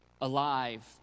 alive